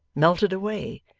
melted away,